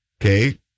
Okay